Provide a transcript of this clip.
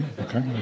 Okay